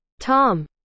Tom